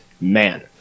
Man